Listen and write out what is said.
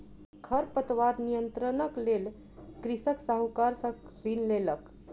खरपतवार नियंत्रणक लेल कृषक साहूकार सॅ ऋण लेलक